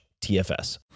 TFS